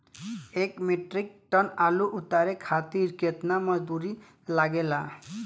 एक metric ton आलू उतारे खातिर केतना मजदूरी लागेला?